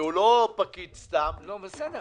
לפי העניין,